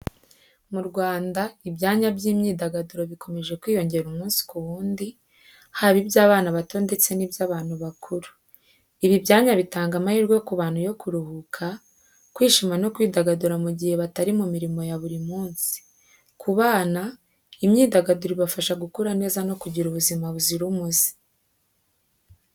Mu Rwanda, ibyanya by’imyidagaduro bikomeje kwiyongera umunsi ku wundi, haba iby’abana bato ndetse n’iby’abantu bakuru. Ibi byanya bitanga amahirwe ku bantu yo kuruhuka, kwishima no kwidagadura mu gihe batari mu mirimo ya buri munsi. Ku bana, imyidagaduro ibafasha gukura neza no kugira ubuzima buzira umuze.